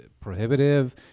prohibitive